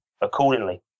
accordingly